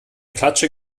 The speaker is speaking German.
klatsche